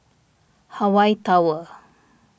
Hawaii Tower